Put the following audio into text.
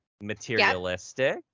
materialistic